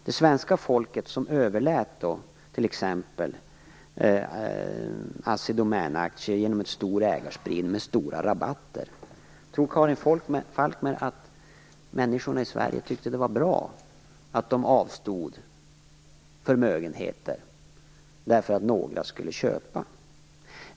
Det svenska folket överlät t.ex. Assi Domän-aktier till spridda ägare med stora rabatter. Tror Karin Falkmer att människorna i Sverige tyckte att det var bra att de avstod förmögenheter därför att några skulle köpa?